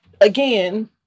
again